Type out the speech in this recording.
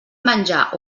menjar